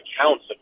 accounts